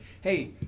Hey